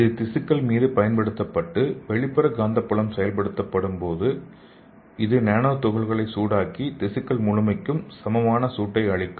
இது திசுக்கள் மீது பயன்படுத்தப்பட்டு வெளிப்புற காந்தப்புலம் செயல்படுத்தப்படும் இது நானோ துகள்களை சூடாக்கி திசுக்கள் முழுமைக்குமான சமமான சூட்டை அளிக்கும்